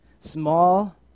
Small